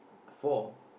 four